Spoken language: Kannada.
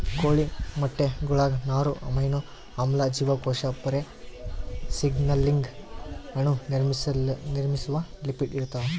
ಕೋಳಿ ಮೊಟ್ಟೆಗುಳಾಗ ನಾರು ಅಮೈನೋ ಆಮ್ಲ ಜೀವಕೋಶ ಪೊರೆ ಸಿಗ್ನಲಿಂಗ್ ಅಣು ನಿರ್ಮಿಸುವ ಲಿಪಿಡ್ ಇರ್ತಾವ